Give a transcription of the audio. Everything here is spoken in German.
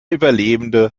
überlebende